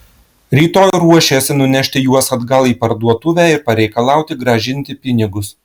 rytoj ruošėsi nunešti juos atgal į parduotuvę ir pareikalauti grąžinti pinigus